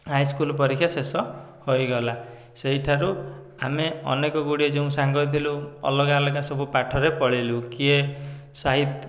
high school ପରୀକ୍ଷା ଶେଷ ହୋଇଗଲା ସେଇଠାରୁ ଆମେ ଅନେକଗୁଡ଼ିଏ ଯେଉଁ ସାଙ୍ଗ ଥିଲୁ ଅଲଗା ଅଲଗା ସବୁ ପାଠରେ ପଳେଇଲୁ କିଏ ସାହିତ୍ୟ